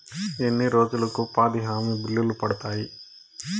ఎన్ని రోజులకు ఉపాధి హామీ బిల్లులు పడతాయి?